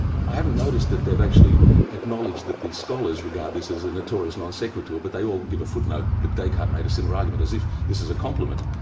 i haven't noticed that they've actually acknowledged that the scholars regard this as a notorious non sequitur but they all give a footnote that descartes made a similar argument as if this is a compliment,